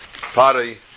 Pari